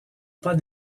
pas